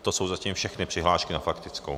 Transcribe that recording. To jsou zatím všechny přihlášky na faktickou.